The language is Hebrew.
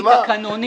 תקנונית,